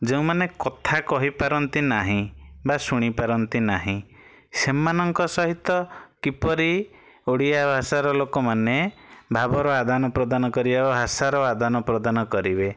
ଯେଉଁମାନେ କଥା କହିପାରନ୍ତି ନାହିଁ ବା ଶୁଣିପାରନ୍ତି ନାହିଁ ସେମାନଙ୍କ ସହିତ କିପରି ଓଡ଼ିଆ ଭାଷାର ଲୋକମାନେ ଭାବର ଆଦାନପ୍ରଦାନ କରିବା ଭାଷାର ଆଦାନପ୍ରଦାନ କରିବେ